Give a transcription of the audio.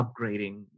upgrading